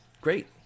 great